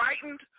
frightened